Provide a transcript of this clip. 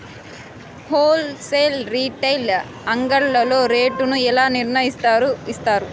Whole sale retail అంగడ్లలో rate ను ఎలా నిర్ణయిస్తారు యిస్తారు?